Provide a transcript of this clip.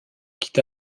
quitte